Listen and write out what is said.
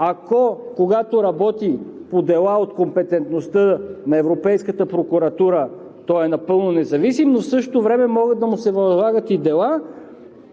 когато работим по дела от компетентността на Европейската прокуратура и той е напълно независим, но в същото време могат да му се възлагат и дела,